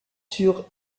sur